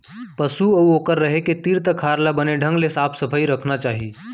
पसु अउ ओकर रहें के तीर तखार ल बने ढंग ले साफ सफई रखना चाही